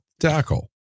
tackle